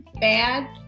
bad